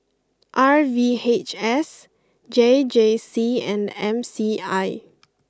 R V H S J J C and M C I